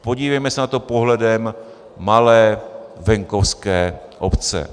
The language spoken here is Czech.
Podívejme se na to pohledem malé venkovské obce.